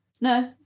No